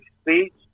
speech